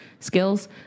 skills